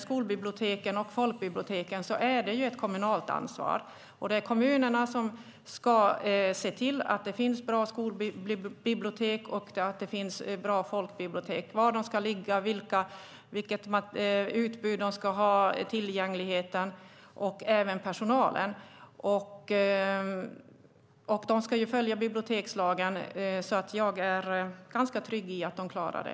Skolbiblioteken och folkbiblioteken är ett kommunalt ansvar. Det är kommunerna som ska se till att det finns bra skolbibliotek och att det finns bra folkbibliotek. Det gäller var de ska ligga, vilket utbud de ska ha, tillgängligheten och även personalen. De ska följa bibliotekslagen, så jag är ganska trygg i att de klarar det.